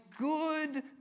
good